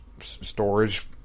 storage